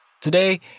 Today